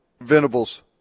Venables